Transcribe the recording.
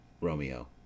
Romeo